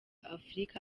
afurika